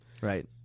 Right